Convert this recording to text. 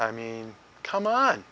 i mean come on